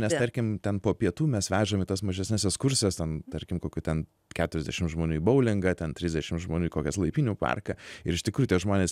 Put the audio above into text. nes tarkim ten po pietų mes vežam į tas mažesnes ekskursijas ten tarkim kokių ten keturiasdešim žmonių į boulingą ten trisdešim žmonių kokias laipynių parką ir iš tikrųjų tie žmonės